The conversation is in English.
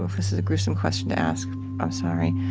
ah this is a gruesome question to ask i'm sorry.